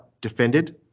defended